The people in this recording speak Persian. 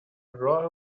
راه